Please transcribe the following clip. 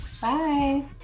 Bye